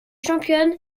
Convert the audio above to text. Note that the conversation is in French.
championne